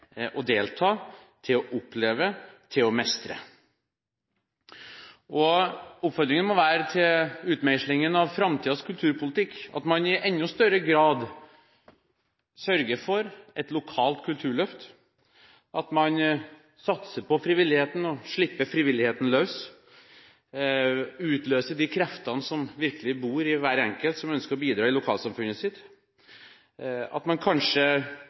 delta, til å oppleve, til å mestre. Oppfordringen må være til utmeislingen av framtidens kulturpolitikk – at man i enda større grad sørger for et lokalt kulturløft, at man satser på frivilligheten og slipper frivilligheten løs, at man utløser de kreftene som bor i hver enkelt som ønsker å bidra i lokalsamfunnet sitt, at man ser på om midlene til Kulturrådet kanskje